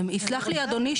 יסלח לי אדוני,